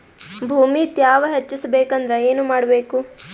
ಭೂಮಿ ತ್ಯಾವ ಹೆಚ್ಚೆಸಬೇಕಂದ್ರ ಏನು ಮಾಡ್ಬೇಕು?